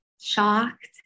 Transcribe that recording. shocked